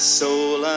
soul